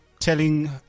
Telling